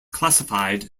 classified